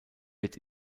wird